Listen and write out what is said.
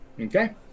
Okay